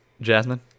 Jasmine